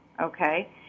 okay